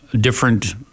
different